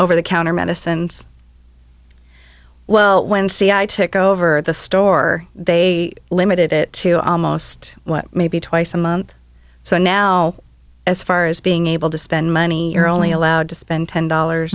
over the counter medicines well when c i took over the store they limited it to almost maybe twice a month so now as far as being able to spend money you're only allowed to spend ten dollars